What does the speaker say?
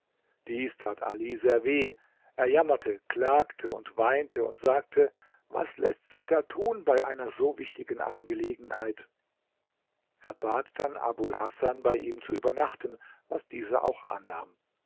dies tat ali sehr weh er jammerte klagte und weinte und sagte was läßt sich da tun bei einer so wichtigen angelegenheit er bat dann abul hasan bei ihm zu übernachten was dieser auch annahm